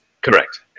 Correct